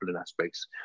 aspects